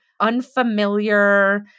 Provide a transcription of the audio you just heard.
unfamiliar